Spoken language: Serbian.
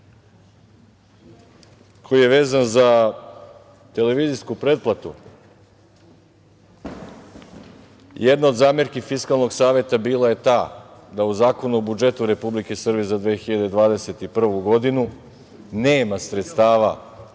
koji je vezan za televizijsku pretplatu, jedna od zamerki Fiskalnog saveta je bila ta da u Zakonu o budžetu Republike Srbije za 2021. godinu nema sredstava